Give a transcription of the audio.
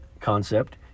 concept